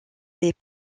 des